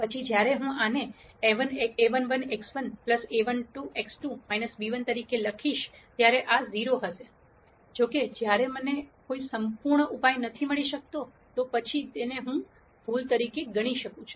પછી જ્યારે હું આને a11x1 a12x2 b1 તરીકે લખીશ ત્યારે આ 0 હશે જો કે જ્યારે મને કોઈ સંપૂર્ણ ઉપાય નથી મળી શકતો તો પછી હું તેને ભૂલ તરીકે ગણી શકું છું